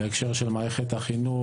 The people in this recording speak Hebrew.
בהקשר של מערכת החינוך,